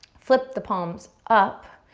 flip the palms up,